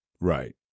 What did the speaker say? Right